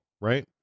right